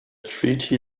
treaty